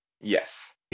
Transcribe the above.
Yes